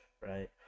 right